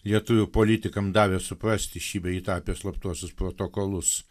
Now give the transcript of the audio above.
lietuvių politikam davė suprasti šį bei tą apie slaptuosius protokolus